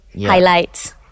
highlights